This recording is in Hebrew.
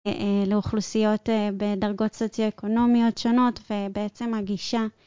אה... לאוכלוסיות בדרגות סוציו-אקונומיות שונות, ובעצם הגישה.